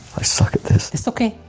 i suck at this! it's okay!